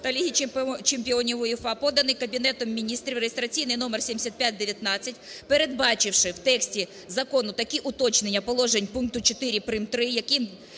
та Ліги чемпіонів УЄФА, поданий Кабінетом Міністрів (реєстраційний номер 7519). Передбачивши в тексті закону такі уточнення положень пункту 4 прим. 3, яким